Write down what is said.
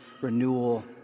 renewal